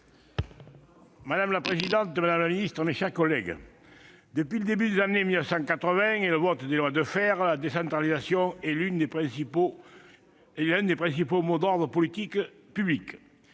Madame la présidente, madame la ministre, mes chers collègues, depuis le début des années 1980 et le vote des lois Defferre, la décentralisation est l'un des principaux mots d'ordre des politiques publiques-